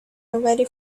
already